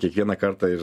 kiekvieną kartą ir